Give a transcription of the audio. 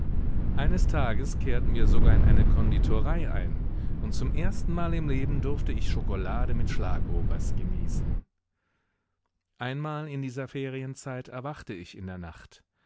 eines tages kehrten wir sogar in eine konditorei ein und zum erstenmal im leben durfte ich schokolade mit schlagobers genießen einmal in dieser ferienzeit erwachte ich in der nacht